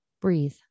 breathe